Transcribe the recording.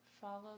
follow